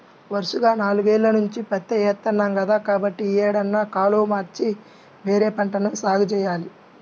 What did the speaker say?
వరసగా నాలుగేల్ల నుంచి పత్తే ఏత్తన్నాం కదా, కాబట్టి యీ ఏడన్నా కాలు మార్చి వేరే పంట సాగు జెయ్యాల